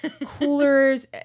coolers